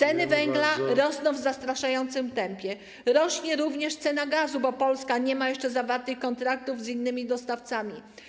Ceny węgla rosną w zastraszającym tempie, rośnie również cena gazu, bo Polska nie ma jeszcze zawartych kontraktów z innymi dostawcami.